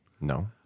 No